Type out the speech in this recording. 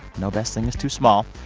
no best thing is too small.